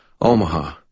Omaha